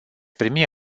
primi